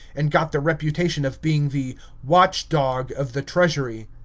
and got the reputation of being the watch-dog of the treasury.